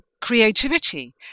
creativity